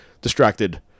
distracted